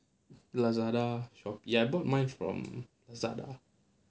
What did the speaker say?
Lazada Shopee I bought mine from Lazada